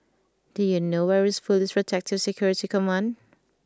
do you know where is Police Protective Security Command